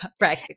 right